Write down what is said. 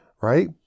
right